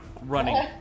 running